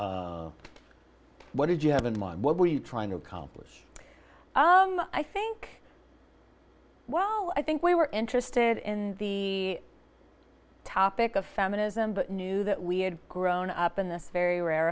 what did you have in mind what were you trying to accomplish i think well i think we were interested in the topic of feminism but knew that we had grown up in this very